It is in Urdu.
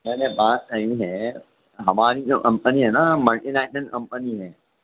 نہیں نہیں بات صحیح ہے ہماری جو امپنی ہے نا ملٹی نیشنل امپنی ہے